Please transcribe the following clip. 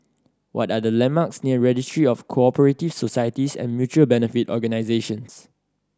what are the landmarks near Registry of Co Operative Societies and Mutual Benefit Organisations